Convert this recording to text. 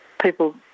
people